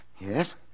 Yes